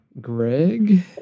Greg